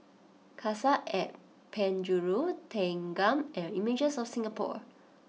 Cassia at Penjuru Thanggam and Images of Singapore